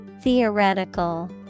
Theoretical